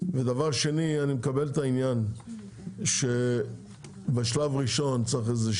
אני מקבל את זה שבשלב ראשון צריך איזושהי